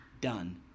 Done